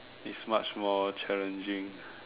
is much more challenging